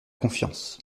confiance